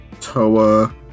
Toa